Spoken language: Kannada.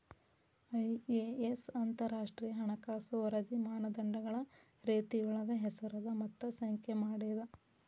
ಐ.ಎ.ಎಸ್ ಅಂತರಾಷ್ಟ್ರೇಯ ಹಣಕಾಸು ವರದಿ ಮಾನದಂಡಗಳ ರೇತಿಯೊಳಗ ಹೆಸರದ ಮತ್ತ ಸಂಖ್ಯೆ ಮಾಡೇದ